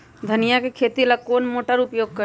धनिया के खेती ला कौन मोटर उपयोग करी?